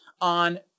on